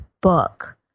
book